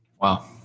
Wow